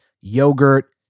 yogurt